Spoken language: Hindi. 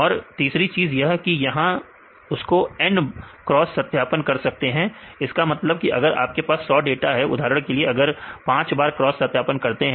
और तीसरी चीज यह की यहां उसको N बार क्रॉस सत्यापन कर सकते हैं इसका मतलब अगर आपके पास 100 डाटा है उदाहरण के लिए अगर आप 5 बार क्रॉस सत्यापन करते हैं